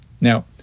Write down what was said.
Now